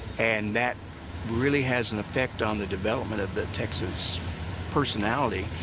and that really has an effect on the development of the texas personality,